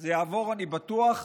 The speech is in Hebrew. זה יעבור, אני בטוח,